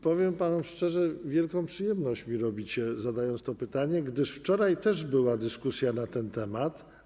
Powiem panu szczerze, że wielką przyjemność mi robicie, zadając to pytanie, gdyż wczoraj toczyła się dyskusja na ten temat.